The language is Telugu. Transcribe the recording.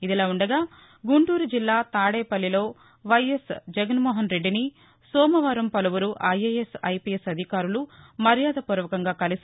ఇదిలా ఉండగా గుంటూరు జిల్లా తాడేపల్లిలో వైఎస్ జగస్మోహన్రెడ్డిని సోమవారం పలువురు ఐఏఎస్ ఐపీఎస్ అధికారులు మర్యాదపూర్వకంగా కలిసి